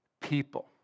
people